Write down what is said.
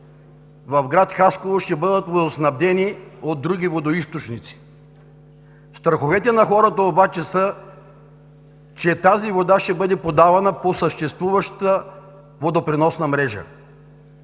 в град Хасково ще бъдат водоснабдени от други водоизточници. Страховете на хората обаче са, че тази вода ще бъде подавана по съществуващата водопреносна мрежа.